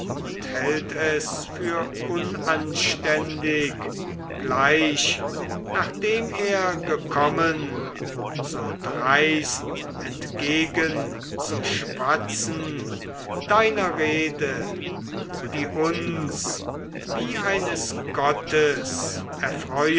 und hält es für unanständig gleich nachdem er gekommen so dreist entgegen zu schwatzen deiner rede die uns wie eines gottes